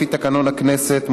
לפי תקנון הכנסת,